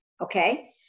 Okay